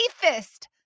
safest